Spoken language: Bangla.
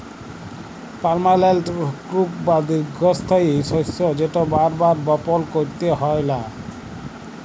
পার্মালেল্ট ক্রপ বা দীঘ্ঘস্থায়ী শস্য যেট বার বার বপল ক্যইরতে হ্যয় লা